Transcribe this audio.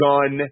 Gun